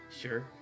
Sure